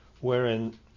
wherein